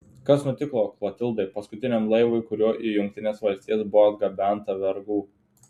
kas nutiko klotildai paskutiniam laivui kuriuo į jungtines valstijas buvo atgabenta vergų